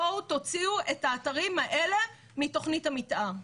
בואו תוציאו את האתרים האלה מתוכנית המתאר.